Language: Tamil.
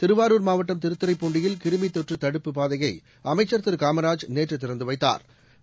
திருவாரூர் மாவட்டம் திருத்துறைப்பூண்டியில் கிருமி தொற்று தடுப்பு பாதையை அமைச்சா் திரு காமராஜ் நேற்று திறந்து வைத்தாா்